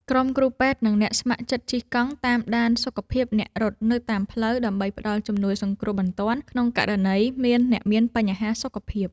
ក្រុមគ្រូពេទ្យ និងអ្នកស្ម័គ្រចិត្តជិះកង់តាមដានសុខភាពអ្នករត់នៅតាមផ្លូវ ដើម្បីផ្ដល់ជំនួយសង្គ្រោះបន្ទាន់ក្នុងករណីមានអ្នកមានបញ្ហាសុខភាព។